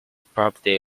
property